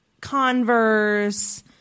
Converse